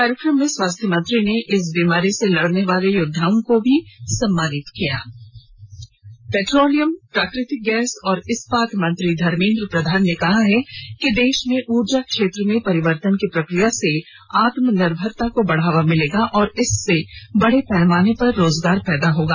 कार्यक्रम में स्वास्थ्य मंत्री ने इस बीमारी से लड़ने वाली योद्वाओं को सम्मानित भी किया पेट्रोलियम प्राकृतिक गैस और इस्पात मंत्री धर्मेद्र प्रधान ने कहा है कि देश में ऊर्जा क्षेत्र में परिवर्तन की प्रक्रिया से आत्मनिर्भरता को बढ़ावा मिलेगा और इससे बड़े पैमाने पर रोजगार पैदा होगा